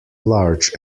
large